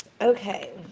okay